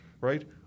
right